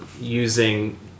using